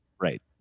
Right